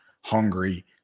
hungry